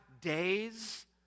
days